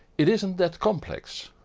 it isn't that complex.